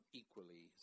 equally